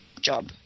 job